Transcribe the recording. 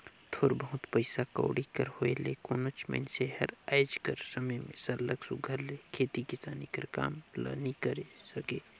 थोर बहुत पइसा कउड़ी कर होए ले कोनोच मइनसे हर आएज कर समे में सरलग सुग्घर ले खेती किसानी कर काम ल नी करे सके